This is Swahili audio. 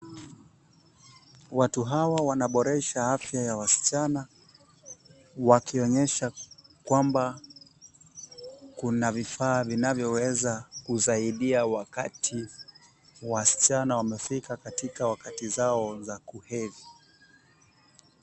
Watu hawa wanaboresha afya ya wasichana wakionyesha kwamba kuna vifaa vinavyoweza kusaidia wakati wasichana wamefika wakati zao za kuhedhi.